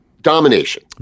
domination